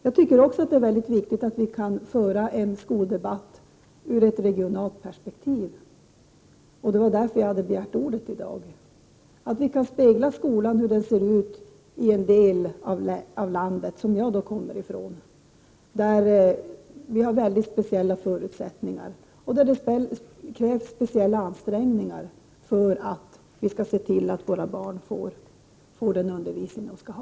Jag tycker också att det är mycket viktigt att vi kan föra en skoldebatt i ett regionalt perspektiv, och det är därför som jag i dag har begärt ordet. Det är viktigt att vi speglar hur skolan ser ut i det län som jag kommer från där det råder mycket speciella förutsättningar och där det krävs speciella ansträngningar för att våra barn får den undervisning de skall ha.